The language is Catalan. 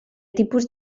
tipus